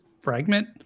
fragment